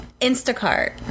Instacart